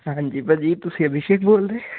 ਹਾਂਜੀ ਭਾਅ ਜੀ ਤੁਸੀਂ ਅਭਿਸ਼ੇਕ ਬੋਲਦੇ